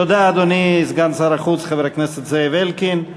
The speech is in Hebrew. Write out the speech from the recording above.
אדוני סגן שר החוץ, חבר הכנסת זאב אלקין,